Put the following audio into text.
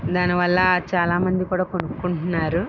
దానివల్ల చాలామంది కూడా కొనుక్కుంటున్నారు